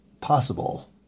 possible